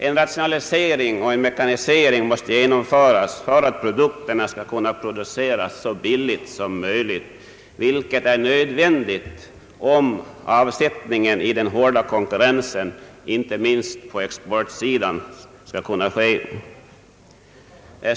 En rationalisering och en mekanisering måste genomföras för att produkterna skall kunna produceras så billigt som möjligt, vilket är nödvändigt om avsättningen i den hårda konkurrensen, inte minst på exportsidan, skall kunna tryggas.